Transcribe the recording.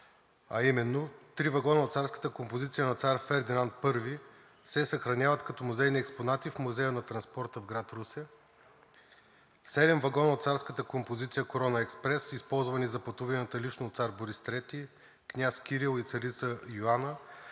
а именно: три вагона от царската композиция на цар Фердинанд I се съхраняват като музейни експонати в Музея на транспорта в град Русе; седем вагона от царската композиция „Корона експрес“, използвани за пътуванията лично от цар Борис III, княз Кирил и царица Йоанна,